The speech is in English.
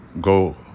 go